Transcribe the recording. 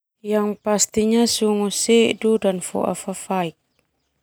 Yang pastinya sungu sedu dan foa fafaik.